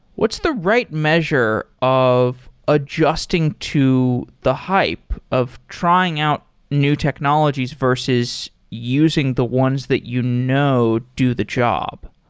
what's the right measure of a adjusting to the hype of trying out new technologies versus using the ones that you know do the job?